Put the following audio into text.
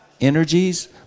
energies